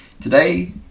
Today